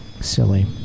silly